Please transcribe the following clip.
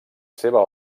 seva